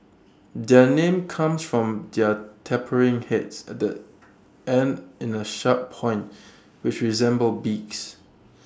their name comes from their tapering heads that end in A sharp point which resemble beaks